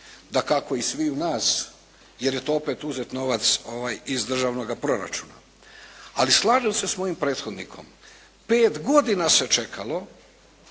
dakako i sviju nas, jer je to opet uzet novac iz državnoga proračuna. Ali slažem se s mojim prethodnikom. Pet godina se čekalo